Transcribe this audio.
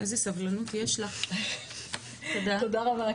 תודה רבה.